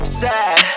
sad